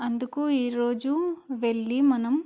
అందుకు ఈరోజు వెళ్ళి మనం